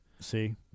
See